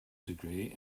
degree